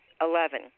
Eleven